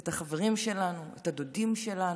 את החברים שלנו, את הדודים שלנו,